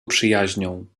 przyjaźnią